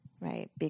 right